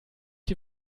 die